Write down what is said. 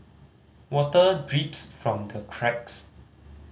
water drips from the cracks